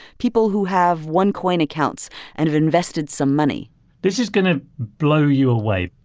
people who have onecoin accounts and have invested some money this is going to blow you away.